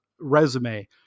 resume